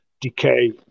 decay